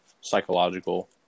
psychological